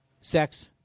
sex